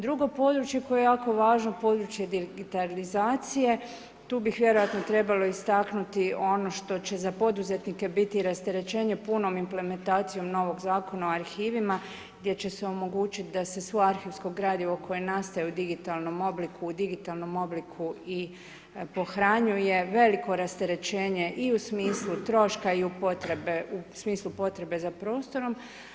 Drugo područje koje je jako važno, područje digitalizacije, tu bih vjerojatno trebalo istaknuti ono što će za poduzetnike biti rasterećenje punom implementacijom novog Zakona o arhivima gdje će se omogućiti da se sve arhivsko gradivo koje nastaje digitalnom obliku, u digitalnom obliku i pohranjuje, veliko rasterećenje i u smislu troška i u smislu potrebe za prostorom.